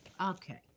Okay